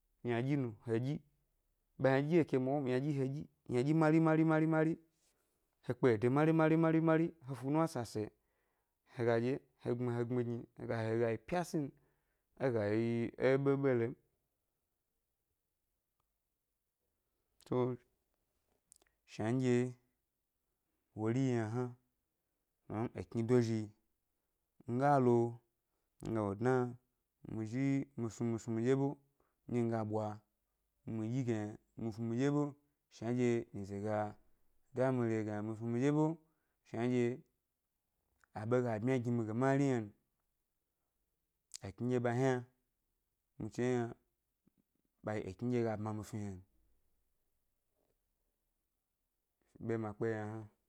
Ynaɗyi nu he ɗyi, ɓa ynaɗyi ɗye ke mwa ʻwo m, ynaɗyi he ɗyi ynaɗyi mari mari mari mari, he kpe ede mari mari mari mari he fu nuwna sasaye he ga ɗye he gbmi he gbmi gni he ga yi pyasi n, é ga yi é ɓeɓe lo m. So shnanɗye wori yi yna hna, shna ekni dozhi nga lo nga lo dna, mi zhi mi snu mi snu miɗye ʻbe nɗye mi ga ɓwa mi ɗyi ge yna, mi snu miɗye ʻɓe shnanɗye nyize ga da mi re ge yna, mi snu miɗye ʻbe shnanɗye aɓe ga bmya gi mi ge mari yna n, ekni nɗye ɓa hna mi chi ʻwye yna ɓa yi ekni nɗye ga bma mi snu yna n, ʻɓe ma kpeye yna hna.